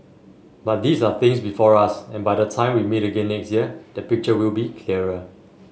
but these are things before us and by the time we meet again next year the picture will be clearer